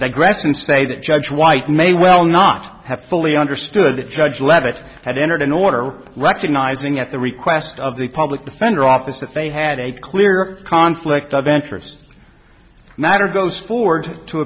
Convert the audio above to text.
digress and say that judge white may well not have fully understood that judge leavitt had entered an order recognizing at the request of the public defender office that they had a clear conflict of interest matter goes forward to